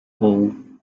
hall